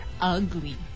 ugly